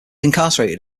incarcerated